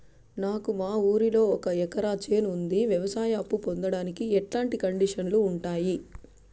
నాకు మా ఊరిలో ఒక ఎకరా చేను ఉంది, వ్యవసాయ అప్ఫు పొందడానికి ఎట్లాంటి కండిషన్లు ఉంటాయి?